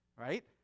right